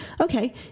Okay